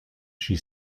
she